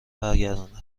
برگرداند